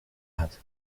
hat